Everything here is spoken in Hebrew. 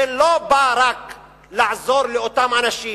זה לא בא רק לעזור לאותם אנשים,